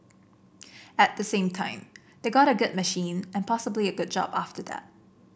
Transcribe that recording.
at the same time they got a good machine and possibly a good job after that